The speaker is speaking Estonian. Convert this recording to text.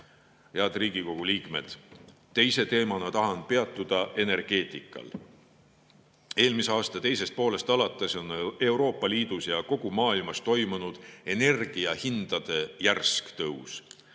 üle. Head Riigikogu liikmed! Teise teemana tahan peatuda energeetikal. Eelmise aasta teisest poolest alates on Euroopa Liidus ja kogu maailmas toimunud energiahindade järsk tõus.